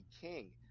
King